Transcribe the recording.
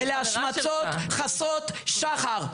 אלה השמצות חסרות שחר,